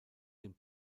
dem